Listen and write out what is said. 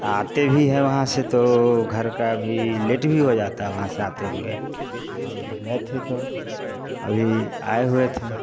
आते भी हैं वहाँ से तो घर का भी लेट भी हो जाता है वहाँ से आते हुए और गए थे तो अभी आए हुए थे